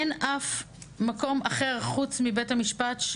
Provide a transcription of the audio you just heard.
אין אף מקום אחר חוץ מבית המשפט,